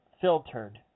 filtered